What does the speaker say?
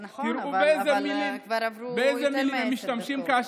נכון, אבל כבר עברו יותר מעשר דקות.